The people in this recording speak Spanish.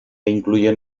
incluyen